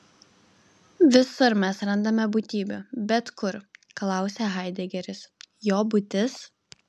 visur mes randame būtybių bet kur klausia haidegeris jo būtis